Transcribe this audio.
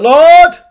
Lord